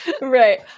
Right